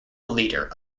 leader